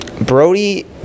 Brody